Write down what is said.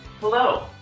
Hello